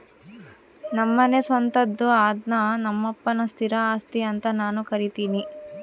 ನಮ್ಮನೆ ಸ್ವಂತದ್ದು ಅದ್ನ ನಮ್ಮಪ್ಪನ ಸ್ಥಿರ ಆಸ್ತಿ ಅಂತ ನಾನು ಕರಿತಿನಿ